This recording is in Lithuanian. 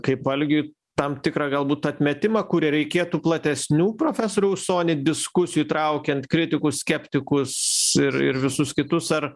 kaip algiui tam tikrą galbūt atmetimą kuria reikėtų platesnių profesoriau usoni diskusijų įtraukiant kritikus skeptikus ir ir visus kitus ar